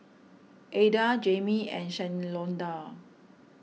Adda Jamey and Shalonda